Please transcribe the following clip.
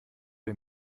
der